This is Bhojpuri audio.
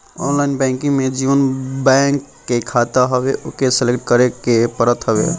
ऑनलाइन बैंकिंग में जवनी बैंक के खाता हवे ओके सलेक्ट करे के पड़त हवे